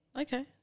Okay